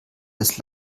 des